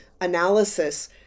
analysis